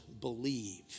believe